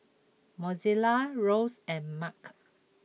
Mozella Rose and Mack